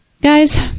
guys